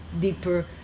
deeper